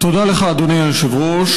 תודה לך, אדוני היושב-ראש.